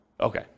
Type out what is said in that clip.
okay